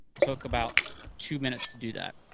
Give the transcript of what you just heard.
took about two minutes to do that.